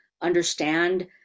understand